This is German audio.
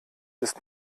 ist